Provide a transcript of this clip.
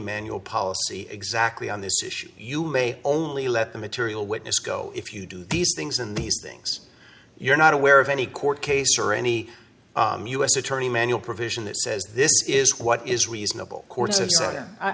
manual policy exactly on this issue you may only let the material witness go if you do these things and these things you're not aware of any court case or any u s attorney manual provision that says this is what is reasonable co